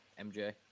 MJ